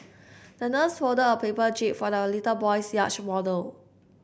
the nurse folded a paper jib for the little boy's yacht model